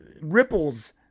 ripples